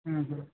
হুম হুম